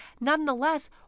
Nonetheless